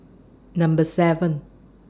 Number seven